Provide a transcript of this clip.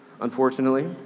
unfortunately